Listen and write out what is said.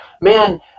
man